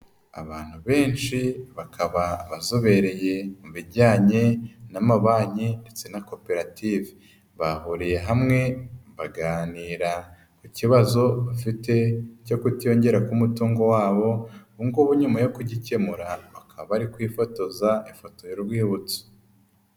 Abantu benshi bakaba abazobereye mu bijyanye n'amabanki ndetse na koperative, bahuriye hamwe baganira ku kibazo bafite cyo kutiyongera k'umutungo wabo, ubungubu nyuma yo kugikemura abari kwifotoza ifoto y'urwibutso.